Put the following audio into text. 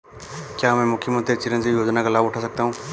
क्या मैं मुख्यमंत्री चिरंजीवी योजना का लाभ उठा सकता हूं?